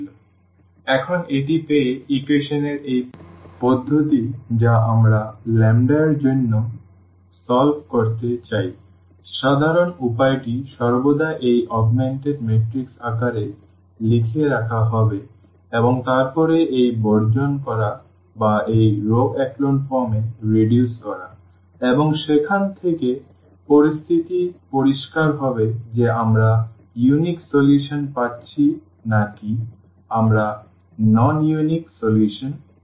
সুতরাং এখন এটি পেয়ে ইকুয়েশন এর এই পদ্ধতি যা আমরা ল্যাম্বডা এর জন্য সমাধান করতে চাই সাধারণ উপায় টি সর্বদা এই অগমেন্টেড ম্যাট্রিক্স আকারে লিখে রাখা হবে এবং তারপরে এই বর্জন করা বা এই রও echelon ফর্মে হ্রাস করা এবং সেখান থেকে পরিস্থিতি পরিষ্কার হবে যে আমরা অনন্য সমাধান পাচ্ছি নাকি আমরা অঅনন্য সমাধান পাচ্ছি